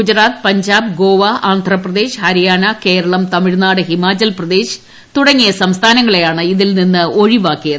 ഗുജറാത്ത് പഞ്ചാബ് ഗ്ടോവ് ആന്ധ്രാപ്രദേശ് ഹരിയാന കേരളം തമിഴ്നാട് ഹിമാചൽ പ്രദേശ് തുടങ്ങിയ സംസ്ഥാനങ്ങളെയാണ് ഇതിൽ നിന്ന് ഒഴിവാക്കിയത്